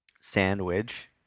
sandwich